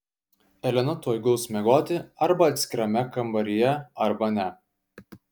elena tuoj guls miegoti arba atskirame kambaryje arba ne